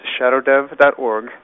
shadowdev.org